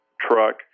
truck